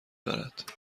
دارد